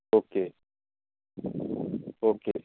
okay okay